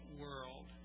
world